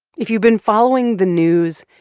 if you've been following the news,